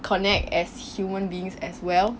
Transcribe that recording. connect as human beings as well